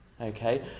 okay